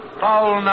foul